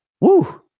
Woo